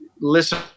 listen